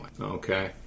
Okay